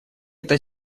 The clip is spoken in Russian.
это